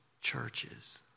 churches